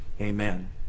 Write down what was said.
amen